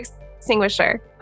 extinguisher